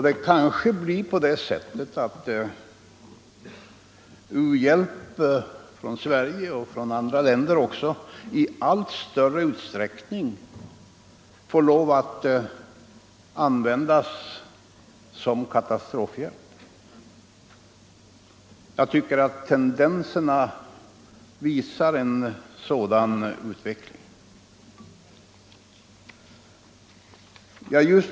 Det kanske blir så att u-hjälp från Sverige och från andra länder i allt större utsträckning får användas till katastrofhjälp. Jag tycker att tendenserna pekar på en sådan utveckling.